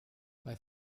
bei